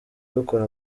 dukora